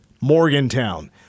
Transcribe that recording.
Morgantown